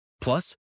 Plus